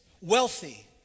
wealthy